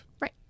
Right